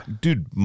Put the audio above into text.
Dude